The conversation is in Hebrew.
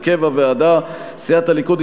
הרכב הוועדה: סיעת הליכוד,